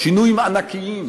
שינויים ענקיים,